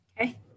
Okay